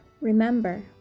Remember